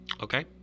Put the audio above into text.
Okay